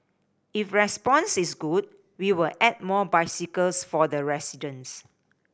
if response is good we will add more bicycles for the residents